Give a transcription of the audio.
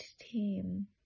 team